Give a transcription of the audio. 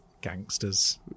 gangsters